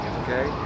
okay